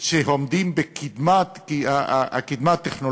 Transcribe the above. שעומדים בקדמה הטכנולוגית,